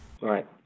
right